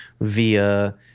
via